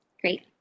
Great